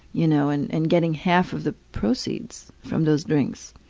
you know, and and getting half of the proceeds from those drinks.